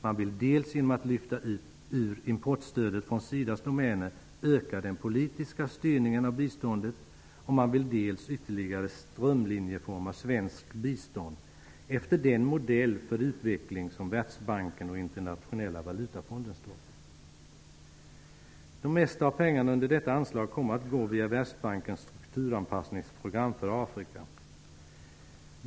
Man vill dels genom att lyfta ut importstödet från SIDA:s domäner öka den politiska styrningen av biståndet, dels ytterligare strömlinjeforma svenskt bistånd efter den modell för utveckling som Världsbanken och Internationella valutafonden står för. Det mesta av pengarna under detta anslag kommer att gå via Världsbankens strukturanpassningsprogram för Afrika.